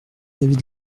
l’avis